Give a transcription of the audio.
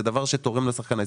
זה דבר שתורם לשחקן הישראלי.